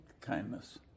kindness